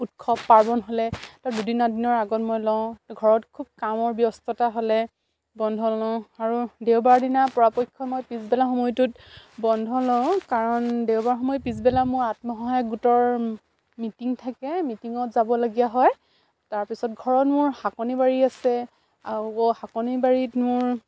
উৎসৱ পাৰ্বণ হ'লে ত দুদিন এদিনৰ আগত মই লওঁ ঘৰত খুব কামৰ ব্যস্ততা হ'লে বন্ধ লওঁ আৰু দেওবাৰ দিনা পৰাপক্ষত মই পিছবেলা সময়টোত বন্ধ লওঁ কাৰণ দেওবাৰ সময় পিছবেলা মোৰ আত্মসহায়ক গোটৰ মিটিং থাকে মিটিঙত যাবলগীয়া হয় তাৰপিছত ঘৰত মোৰ শাকনি বাৰী আছে আৰু শাকনি বাৰীত মোৰ